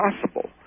possible